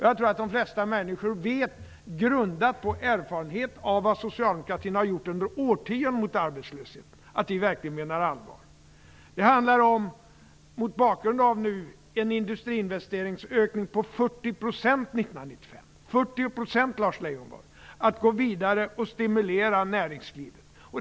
Jag tror att de flesta människor vet att vi verkligen menar allvar, och den vetskapen grundar de på erfarenhet av vad socialdemokratin har gjort mot arbetslösheten under årtionden. Det handlar om att gå vidare och stimulera näringslivet, mot bakgrund av en industriinvesteringsökning på 40 % under 1995. 40 %, Lars Leijonborg!